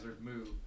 move